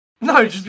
No